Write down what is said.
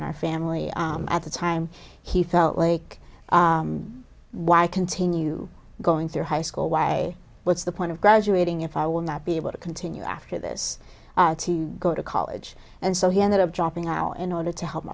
in our family at the time he felt like why i continue going through high school why what's the point of graduating if i will not be able to continue after this to go to college and so he ended up dropping out in order to help